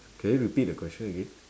can you repeat the question again